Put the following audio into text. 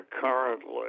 currently